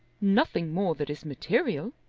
nothing more that is material.